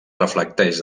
reflecteix